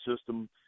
system